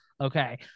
okay